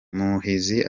muhizi